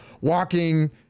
walking